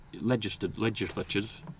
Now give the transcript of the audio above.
legislatures